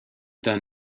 done